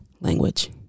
language